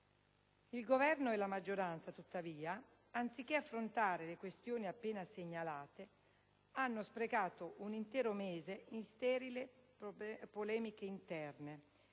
Il Governo e la maggioranza tuttavia, anziché affrontare le questioni appena segnalate, hanno sprecato un intero mese in sterili polemiche interne